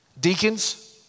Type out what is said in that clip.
Deacons